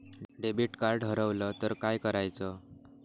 Debit card हरवल तर काय करायच?